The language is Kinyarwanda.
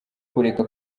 kureka